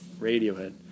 Radiohead